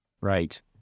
right